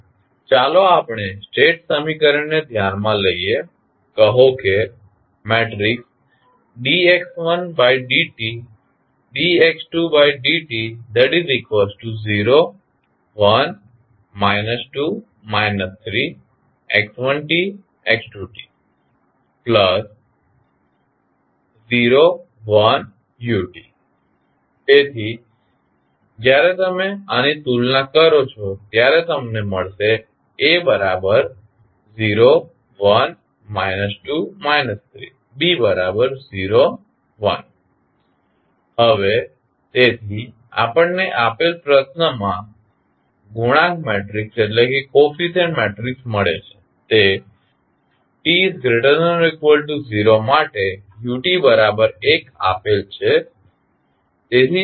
તો ચાલો આપણે સ્ટેટ સમીકરણને ધ્યાનમાં લઈએ કહો કે તેથી જ્યારે તમે આની તુલના કરો છો ત્યારે તમને મળશે તેથી હવે આપણને આપેલ પ્રશ્નમાં ગુણાંક મેટ્રિકસ મળે છે તે t≥0 માટે u1 આપેલ છે તેથી જ આ 1 છે